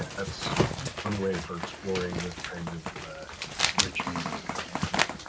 that's one way for exploring this kind of rich media content.